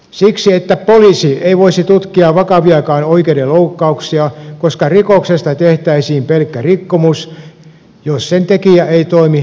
siksi että poliisi ei voisi tutkia vakaviakaan oikeudenloukkauksia koska rikoksesta tehtäisiin pelkkä rikkomus jos sen tekijä ei toimi ansiotarkoituksessa